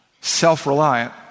self-reliant